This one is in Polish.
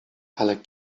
ale